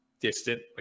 distant